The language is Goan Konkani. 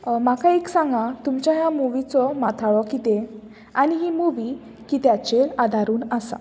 म्हाका एक सांगा तुमच्या ह्या मुवीचो माथाळो कितें आनी ही मुवी कित्याचेर आदारून आसा